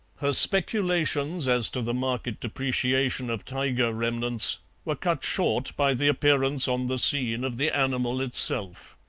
her speculations as to the market depreciation of tiger remnants were cut short by the appearance on the scene of the animal itself.